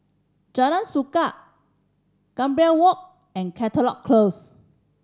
Jalan Suka Gambir Walk and Caldecott Close